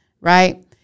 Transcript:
right